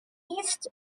east